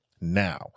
now